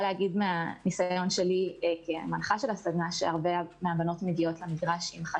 מניסיוני כמנחת הסדנא אני יכולה לומר שהרבה